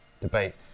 debate